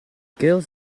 girls